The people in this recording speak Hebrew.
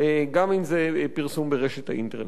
גם אם זה פרסום ברשת האינטרנט.